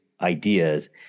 ideas